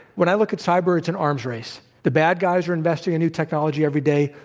when i look at cyber, it's an arms race. the bad guys are investing in new technology every day.